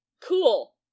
cool